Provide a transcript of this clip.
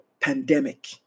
pandemic